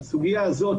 הסוגיה הזאת,